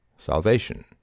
Salvation